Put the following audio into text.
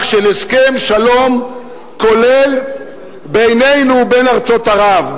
של הסכם שלום כולל בינינו ובין ארצות ערב,